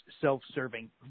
self-serving